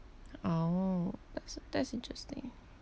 oh that's that's interesting